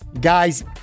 Guys